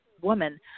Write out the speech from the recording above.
woman